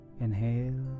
inhale